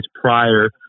prior